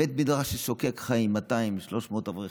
בית מדרש שוקק חיים של 200, 300 אברכים,